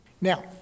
Now